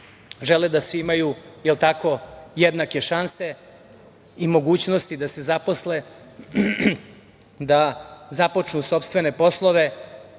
žele da svi imaju, jel tako, jednake šanse i mogućnosti da se zaposle, da započnu sopstvene poslove,